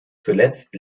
zuletzt